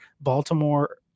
Baltimore